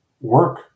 work